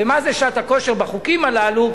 ומה זה שעת כושר בחוקים הללו?